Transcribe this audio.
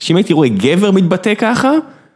‫שאם הייתי רואה גבר מתבטא ככה...